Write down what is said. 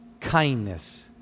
kindness